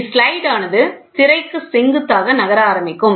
எனவே ஸ்லைடு ஆனது திரைக்கு செங்குத்தாக நகர ஆரம்பிக்கும்